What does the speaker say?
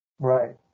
Right